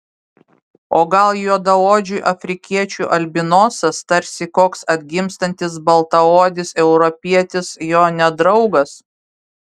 o gal juodaodžiui afrikiečiui albinosas tarsi koks atgimstantis baltaodis europietis jo nedraugas